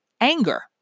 anger